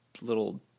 little